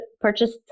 purchased